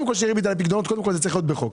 שריבית על פיקדונות צריך להיות בחוק.